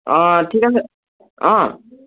অঁ ঠিক আছে অঁ